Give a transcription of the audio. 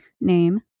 name